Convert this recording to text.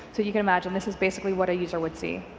so you can imagine this is basically what a user would see,